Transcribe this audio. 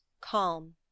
calm